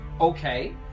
Okay